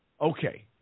Okay